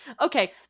Okay